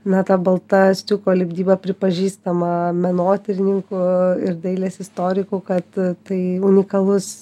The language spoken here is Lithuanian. na ta balta stiuko lipdyba pripažįstama menotyrininkų ir dailės istorikų kad tai unikalus